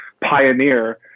pioneer